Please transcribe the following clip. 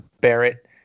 Barrett